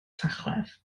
tachwedd